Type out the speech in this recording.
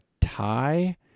tie